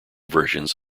versions